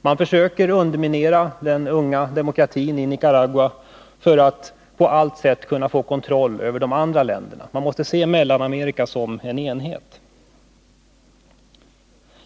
Man försöker underminera den unga demokratin i Nicaragua för att på allt sätt få kontroll över de andra länderna. Man måste se Mellanamerika som en enhet.